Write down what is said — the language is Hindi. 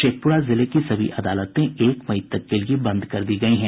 शेखपुरा जिले की सभी अदालतें एक मई तक के लिए बंद कर दी गयी है